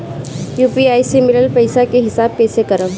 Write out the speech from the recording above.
UPI से मिलल पईसा के हिसाब कइसे करब?